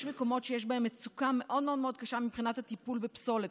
יש מקומות שיש בהם מצוקה מאוד מאוד מאוד קשה מבחינת הטיפול בפסולת.